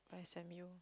by S_M_U